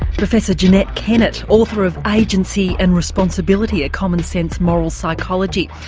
professor jeanette kennett, author of agency and responsibility a common-sense moral psychology.